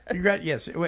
yes